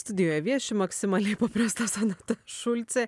studijoje vieši maksimaliai paprasta sonata šulcė